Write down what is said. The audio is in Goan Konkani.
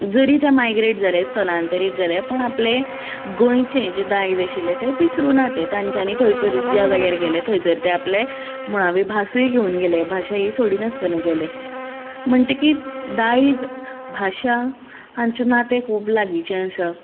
जरी ते मायग्रेट जाले स्थलांतरीत जाले पण आपलें गोंयचें जें दायज आशिल्लें तें विसरूं ना ते तांच्यानी थंयचर ज्या जाग्यार गेले थंयचर ते आपले मुळावी भासूय घेवन गेले भाशा ही सोडी नासतना गेले म्हणटकीत दायज भाशा हांचें नातें खूब लागींचें आसा